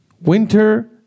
winter